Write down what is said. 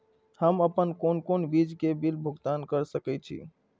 हम आपन कोन कोन चीज के बिल भुगतान कर सके छी?